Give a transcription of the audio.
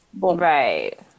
Right